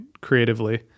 creatively